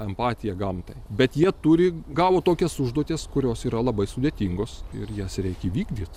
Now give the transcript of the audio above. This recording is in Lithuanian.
empatiją gamtai bet jie turi gavo tokias užduotis kurios yra labai sudėtingos ir jas reik įvykdyt